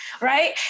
right